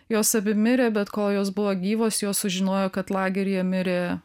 jos abi mirė bet kol jos buvo gyvos jos sužinojo kad lageryje mirė